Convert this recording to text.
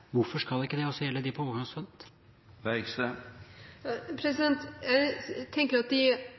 Hvorfor skal ikke det også gjelde dem på overgangsstønad? Jeg tenker at de